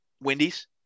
Wendy's